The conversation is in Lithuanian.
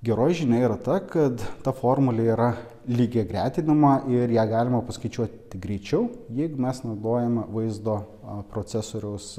geroji žinia yra ta kad ta formulė yra lygiagretinama ir ją galima paskaičiuoti greičiau jeigu mes naudojame vaizdo procesoriaus